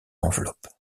enveloppe